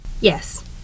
Yes